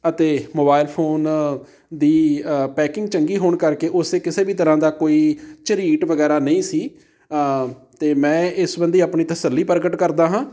ਅਤੇ mobile phone ਦੀ ਅ ਪੈਕਿੰਗ ਚੰਗੀ ਹੋਣ ਕਰਕੇ ਉਸੇ ਕਿਸੇ ਵੀ ਤਰ੍ਹਾਂ ਦਾ ਕੋਈ ਝਰੀਟ ਵਗੈਰਾ ਨਹੀਂ ਸੀ ਤਾਂ ਮੈਂ ਇਸ ਸਬੰਧੀ ਆਪਣੀ ਤਸੱਲੀ ਪ੍ਰਗਟ ਕਰਦਾ ਹਾਂ